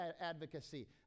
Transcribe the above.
advocacy